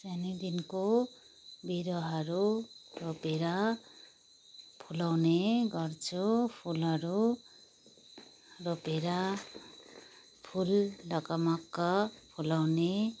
सानैदेखिको बिरुवाहरू रोपेर फुलाउने गर्छु फुलहरू रोपेर फुल ढकमक्क फुलाउने